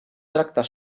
tractar